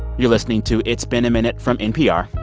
you're listening to it's been a minute from npr.